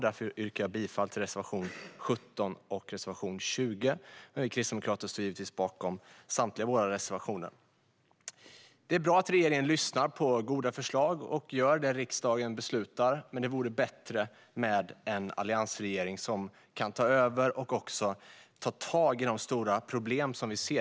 Därför yrkar jag bifall till reservation 17 och reservation 20, men vi kristdemokrater står givetvis bakom samtliga våra reservationer. Det är bra att regeringen lyssnar på goda förslag och gör det riksdagen beslutar, men det vore bättre med en alliansregering som kan ta över och ta tag i de stora problem som finns.